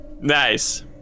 Nice